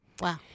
Wow